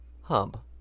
Hub